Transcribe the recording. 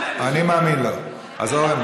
הוא אומר שהוא לא אמר לך כלום, אורן.